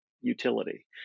utility